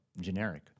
generic